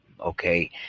Okay